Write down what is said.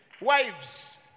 Wives